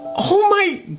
oh my.